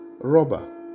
robber